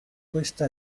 questa